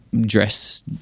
dress